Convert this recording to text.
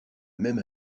même